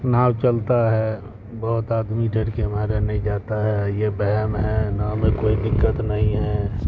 now چلتا ہے بہت آدمی ڈر کے مارے نہیں جاتا ہے یہ وہم ہے ناؤ میں کوئی دقت نہیں ہے